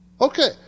Okay